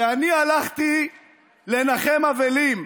כי אני הלכתי לנחם אבלים,